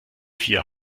vier